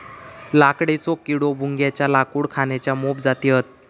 लाकडेचो किडो, भुंग्याच्या लाकूड खाण्याच्या मोप जाती हत